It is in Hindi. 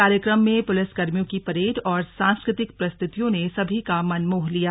कार्यक्रम में पुलिसकर्मियों की परेड और सांस्कृतिक प्रस्तुतियों ने सभी का मन मोह लिया